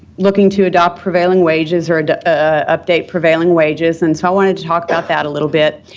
looking to adopt prevailing wages or ah update prevailing wages, and so, i want to talk about that a little bit.